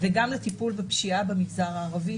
וגם לטיפול בפשיעה במגזר הערבי,